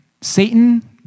Satan